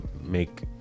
make